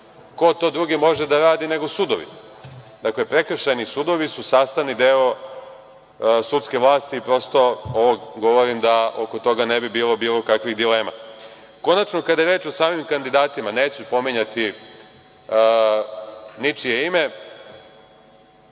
Ko to drugi može da radi nego sudovi. Dakle, prekršajni sudovi su sastavni deo sudske vlasti. Ovo govorim da oko toga ne bi bilo bilo kakvih dilema. Konačno, kada je reč o samim kandidatima, neću pominjati ničije ime.